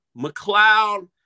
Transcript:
McLeod